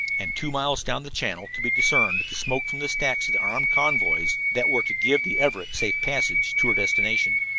and two miles down the channel could be discerned the smoke from the stacks of the armed convoys that were to give the everett safe passage to her destination.